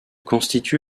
constitue